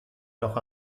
noch